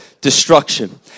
destruction